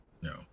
No